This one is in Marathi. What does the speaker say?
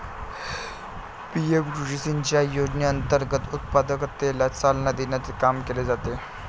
पी.एम कृषी सिंचाई योजनेअंतर्गत उत्पादकतेला चालना देण्याचे काम केले जाते